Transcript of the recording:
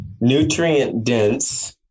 nutrient-dense